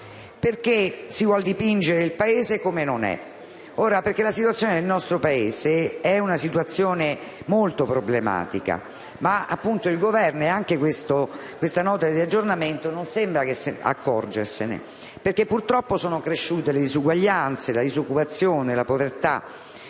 Perché si vuole dipingere il Paese come non è. La situazione del nostro Paese è molto problematica, ma il Governo e anche questa Nota di aggiornamento non sembrano accorgersene. Purtroppo, sono cresciute le disuguaglianze, la disoccupazione e la povertà,